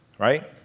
right?